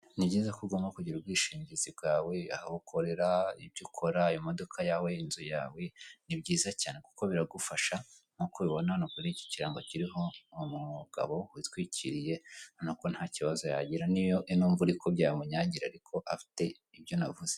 Ni byiza ko ugomba kugira ubwishingizi bwawe, aho ukorera, ibyo ukora, imodoka yawe, inzu yawe, ni byiza cyane kuko biragufasha, nk'uko ubibona kuri iki kirango kiriho umugabo witwikiriye ubona ko nta kibazo yagira n'iyo ino mvura ikubye yamunyagira ariko afite ibyo navuze.